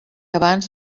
abans